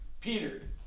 Peter